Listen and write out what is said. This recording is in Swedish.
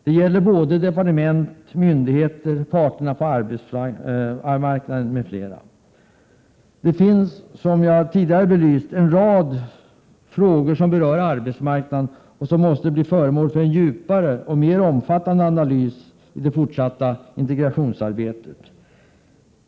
Det gäller departement, myndigheter, parterna på arbetsmarknaden m.fl. Det finns, som jag tidigare belyst, en rad frågor som berör arbetsmarknaden och som måste bli föremål för en djupare och mer omfattande analys i det fortsatta europeiska integrationsarbetet.